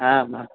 आम् आम्